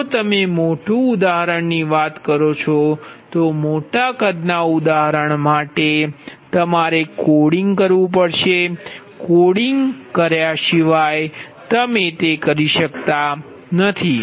જો તમે મોટું ઉદાહરણ લઈ લો તો મોટા કદનું કોડિંગ કર્યા વિના અમે તે કરી શકતા નથી